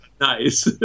nice